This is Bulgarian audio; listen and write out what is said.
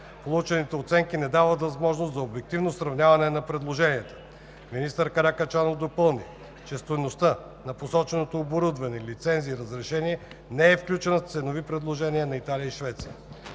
получените оценки не дават възможност за обективно сравняване на предложенията. Министър Каракачанов допълни, че стойността на посоченото оборудване/лицензи/разрешения не е включена в ценовите предложения на Италия и Швеция.